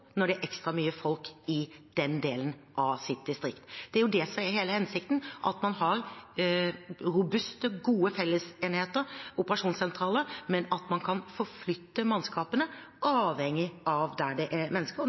når det er ekstra mye folk i den delen av sitt distrikt. Det er det som er hele hensikten, at man har robuste, gode fellesenheter, operasjonssentraler, men at man kan forflytte mannskapene, avhengig av der det er mennesker,